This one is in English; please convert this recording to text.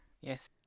Yes